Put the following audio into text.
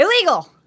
Illegal